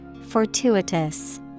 Fortuitous